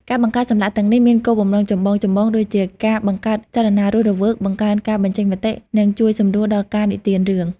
ការបង្កើតសន្លាក់ទាំងនេះមានគោលបំណងចម្បងៗដូចជា ការបង្កើតចលនារស់រវើក បង្កើនការបញ្ចេញមតិ និងជួយសម្រួលដល់ការនិទានរឿង។